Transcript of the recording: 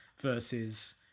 versus